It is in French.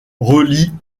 relie